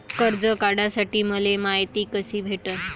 कर्ज काढासाठी मले मायती कशी भेटन?